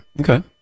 Okay